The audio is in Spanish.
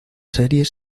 series